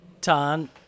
Tan